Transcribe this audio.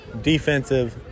defensive